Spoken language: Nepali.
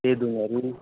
पेदुङहरू